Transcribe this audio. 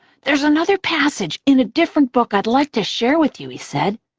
there's another passage in a different book i'd like to share with you, he said.